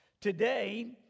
Today